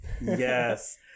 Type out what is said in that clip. Yes